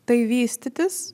tai vystytis